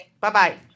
Bye-bye